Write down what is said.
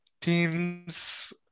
teams